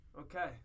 Okay